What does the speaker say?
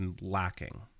lacking